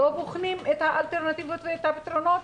לא בוחנים את האלטרנטיבות ואת הפתרונות